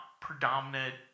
predominant